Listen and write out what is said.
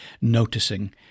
noticing